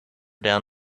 down